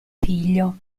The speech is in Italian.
figlio